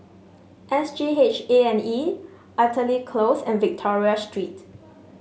S G H A and E Artillery Close and Victoria Street